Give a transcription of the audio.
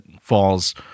falls